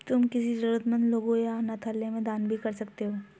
तुम किसी जरूरतमन्द लोगों या अनाथालय में दान भी कर सकते हो